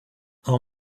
how